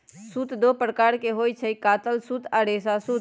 सूत दो प्रकार के होई छई, कातल सूत आ रेशा सूत